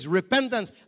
repentance